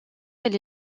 elle